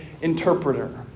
interpreter